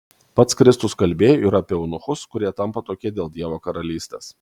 pats kristus kalbėjo ir apie eunuchus kurie tampa tokie dėl dievo karalystės